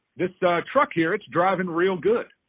this truck here it's driving real good.